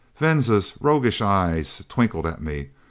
venza's roguish eyes twinkled at me.